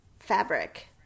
Fabric